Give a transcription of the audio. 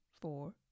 four